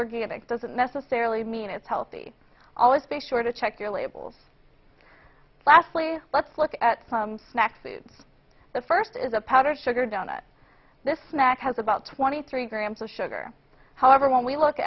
it doesn't necessarily mean it's healthy always be sure to check your labels lastly let's look at some snack food the first is a powdered sugar donut this snack has about twenty three grams of sugar however when we look